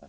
natt.